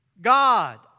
God